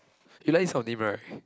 you like this kind of name right